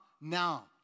Now